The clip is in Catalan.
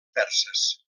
perses